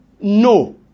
No